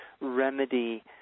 remedy